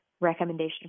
recommendation